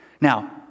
Now